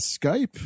Skype